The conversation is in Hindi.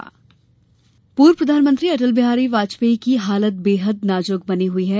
अटल वाजपेयी पूर्व प्रधानमंत्री अटल बिहारी वाजपेयी की हालत बेहद नाजुक बनी हुई है